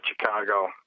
Chicago